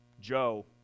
Joe